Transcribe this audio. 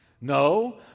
No